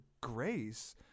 grace